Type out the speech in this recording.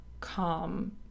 calm